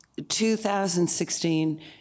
2016